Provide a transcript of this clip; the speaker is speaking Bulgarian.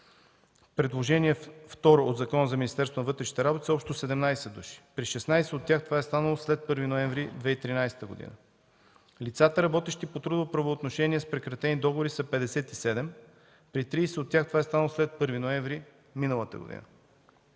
на вътрешните работи, са общо 17 души. При 16 от тях това е станало след 1 ноември 2013 г. Лицата, работещи по трудово правоотношение, с прекратени договори са 57. При 30 от тях това е станало след 1 ноември миналата година.